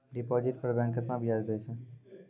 Deposit पर bank केतना ब्याज दै छै?